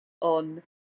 on